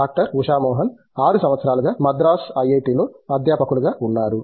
doctor Usha Mohan 6 సంవత్సరాలుగా మద్రాస్ ఐఐటిలో అధ్యాపకులుగా ఉన్నారు